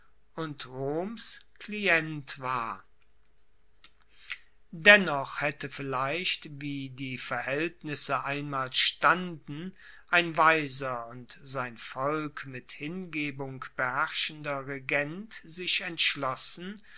und roms klient war dennoch haette vielleicht wie die verhaeltnisse einmal standen ein weiser und sein volk mit hingebung beherrschender regent sich entschlossen